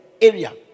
area